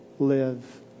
Live